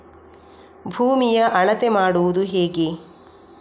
ಭೂಮಿಯ ಅಳತೆ ಮಾಡುವುದು ಹೇಗೆ?